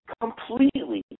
completely